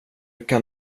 kan